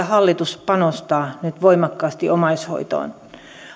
hallitus panostaa nyt voimakkaasti omaishoitoon